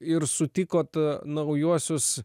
ir sutikot naujuosius